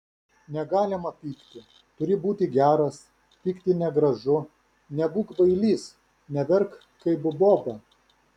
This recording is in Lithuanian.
negalima pykti turi būti geras pykti negražu nebūk bailys neverk kaip boba